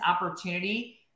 opportunity